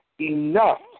Enough